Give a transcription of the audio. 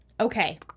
Okay